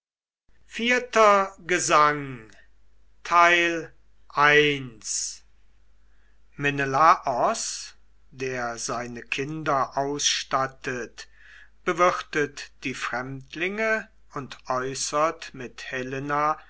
iv gesang menelaos der seine kinder ausstattet bewirtet die fremdlinge und äußert mit helena